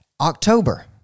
October